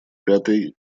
пятой